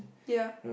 ya